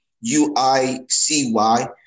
U-I-C-Y